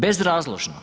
Bezrazložno.